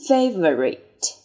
Favorite